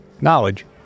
knowledge